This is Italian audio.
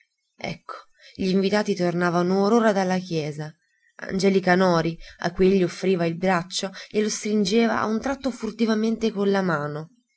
ecco gli invitati tornavano or ora dalla chiesa angelica noti a cui egli offriva il braccio glielo stringeva a un tratto furtivamente con la mano